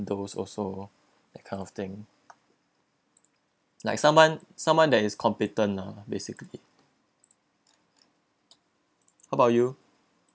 those also that kind of thing like someone someone that is competent lah basically how about you